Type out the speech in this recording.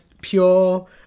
pure